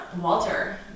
Walter